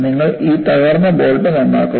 നിങ്ങൾ ഈ തകർന്ന ബോൾട്ട് നോക്കുന്നു